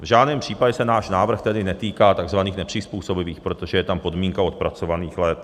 V žádném případě se náš návrh tedy netýká tzv. nepřizpůsobivých, protože je tam podmínka odpracovaných let.